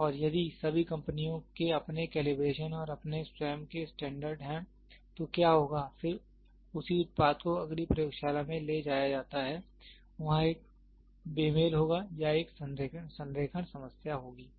और यदि सभी कंपनियों के अपने कैलिब्रेशन और अपने स्वयं के स्टैंडर्ड हैं तो क्या होगा फिर उसी उत्पाद को अगली प्रयोगशाला में ले जाया जाता है वहाँ एक बेमेल होगा या एक संरेखण समस्या होगी